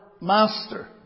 Master